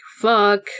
fuck